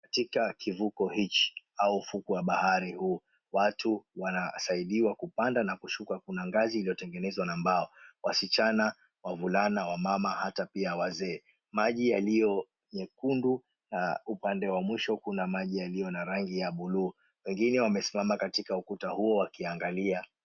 Katika kivuko hichi au ufukwe wa bahari huu watu wanasaidiwa kupanda na kushuka, kuna ngazi iliyotengenezwa na mbao, wasichana, wavulana, wamama ata pia wazee, maji yaliyo nyekundu na upande wa mwisho kuna maji yaliyo na rangi ya bluu. Wengine wamesimama katika ukuta huo wakiangalia.